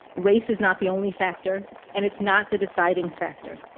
race is not the only factor and it's not the deciding factor.